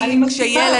האם כשילד